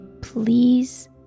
please